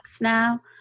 now